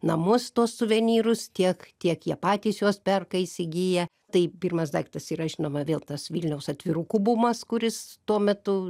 namus tuos suvenyrus tiek tiek jie patys juos perka įsigiję tai pirmas daiktas yra žinoma vėl tas vilniaus atvirukų bumas kuris tuo metu